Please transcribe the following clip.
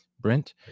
Brent